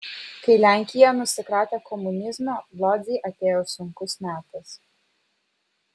kai lenkija nusikratė komunizmo lodzei atėjo sunkus metas